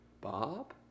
Bob